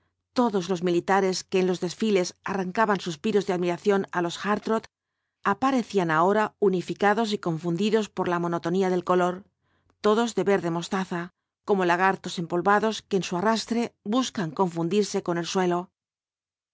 todos los militares que en los desfiles arrancaban suspiros de admiración á los hartrott aparecían ahora unificados y confundidos por la monotonía del color todos de verde mostaza como lagartos empolvados que en su arrastre buscan confundirse con el suelo